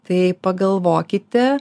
tai pagalvokite